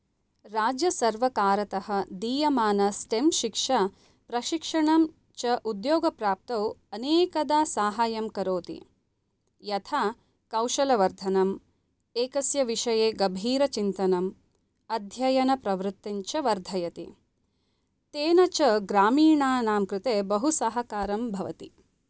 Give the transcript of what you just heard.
राज्यसर्वकारतः दीयमाना स्टेम् शिक्षा प्रशिक्षणं च उद्योगप्राप्तौ अनेकधा सहायं करोति यथा कौशलवर्धनं एकस्यविषये गभीरचिन्तनम् अध्ययनप्रवित्तिं च वर्धयति तेन च ग्रामीणाणां कृते बहुसहकारं भवति